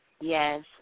Yes